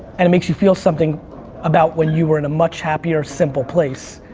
and it makes you feel something about when you were in a much happier, simple place,